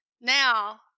now